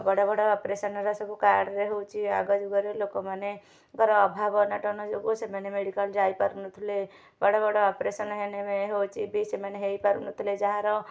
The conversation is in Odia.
ବଡ଼ ବଡ଼ ଅପରେସନ୍ରା ସବୁ କାର୍ଡ଼ରେ ହୋଉଛି ଆଗ ଯୁଗରେ ଲୋକମାନେ ଘରେ ଅଭାବ ଅନଟନ ଯୋଗୁଁ ସେମାନେ ମେଡ଼ିକାଲ୍ ଯାଇପାରୁ ନଥିଲେ ବଡ଼ ବଡ଼ ଅପରେସନ୍ ହେନେ ହୋଉଛି ବି ସେମାନେ ହେଇପାରୁ ନଥିଲେ ଯାହାର